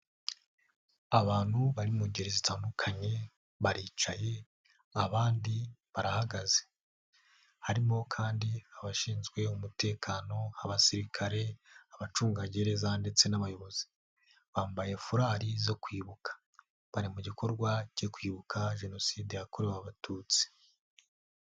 Abantu bari mu ngeri zitandukanye baricaye abandi barahagaze, harimo kandi abashinzwe umutekano abasirikare, abacungagereza ndetse n'abayobozi, bambaye furari zo kwibuka. Bari mu gikorwa cyo kwibuka jenoside yakorewe Abatutsi.